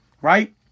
right